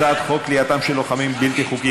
הצעת חוק כליאתם של לוחמים בלתי חוקיים